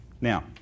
Now